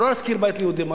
לא להשכיר בית ליהודים.